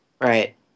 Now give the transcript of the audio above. Right